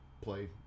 play